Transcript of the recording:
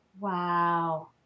Wow